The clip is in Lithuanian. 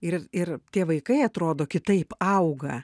ir ir tie vaikai atrodo kitaip auga